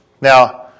Now